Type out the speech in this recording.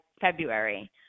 February